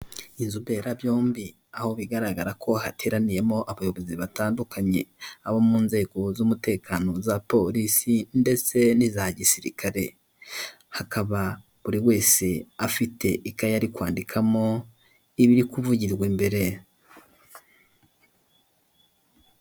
Unzu mbera byombi aho bigaragara ko hateraniyemo abayobozi batandukanye, abo mu nzego z'umutekano za polisi ndetse n'iza gisirikare, hakaba buri wese afite ikayi ari kwandikamo ibiri kuvugirwa imbere.